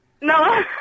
No